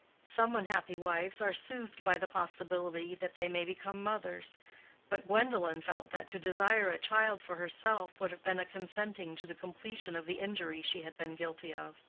some unhappy wives are soothed by the possibility that they may become mothers but gwendolen felt that to desire a child for herself would have been a consenting to the completion of the injury she had been guilty of.